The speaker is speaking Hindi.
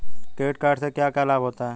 क्रेडिट कार्ड से क्या क्या लाभ होता है?